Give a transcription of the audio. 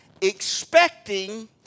expecting